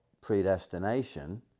predestination